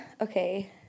Okay